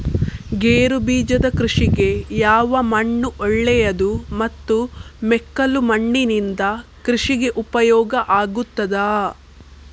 ಗೇರುಬೀಜದ ಕೃಷಿಗೆ ಯಾವ ಮಣ್ಣು ಒಳ್ಳೆಯದು ಮತ್ತು ಮೆಕ್ಕಲು ಮಣ್ಣಿನಿಂದ ಕೃಷಿಗೆ ಉಪಯೋಗ ಆಗುತ್ತದಾ?